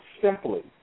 simply